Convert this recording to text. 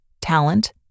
talent